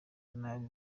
nabi